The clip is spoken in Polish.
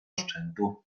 szczętu